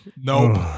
Nope